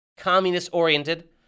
communist-oriented